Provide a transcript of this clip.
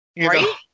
Right